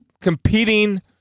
competing